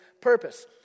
purpose